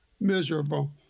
miserable